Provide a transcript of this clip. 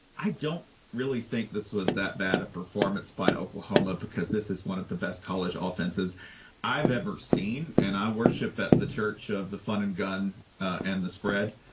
i don't really think this was that bad performance by oklahoma because this is one of the best college ah offenses i've ever seen. and i worship at the church of the fun and gun and the spread.